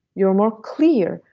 you're more clear,